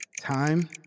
Time